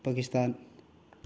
Pakistan